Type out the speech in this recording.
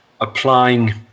applying